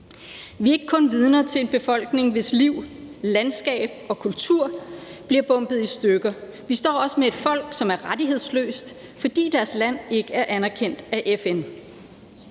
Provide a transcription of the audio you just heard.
Vi er ikke kun vidner til en befolkning, hvis liv, landskab og kultur bliver bombet i stykker; vi står også med et folk, som er rettighedsløst, fordi deres land ikke er anerkendt af FN.